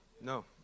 no